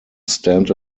stand